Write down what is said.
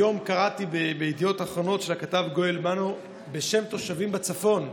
היום קראתי בידיעות אחרונות את הכתב גואל בנו בשם תושבים בצפון,